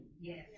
Yes